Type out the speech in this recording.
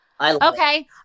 Okay